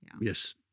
Yes